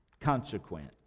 consequence